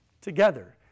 together